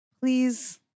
Please